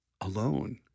alone